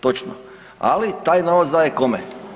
Točno, ali taj novac daje kome?